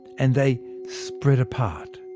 and they spread apart.